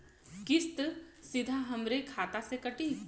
किस्त सीधा हमरे खाता से कटी?